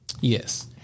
Yes